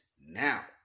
now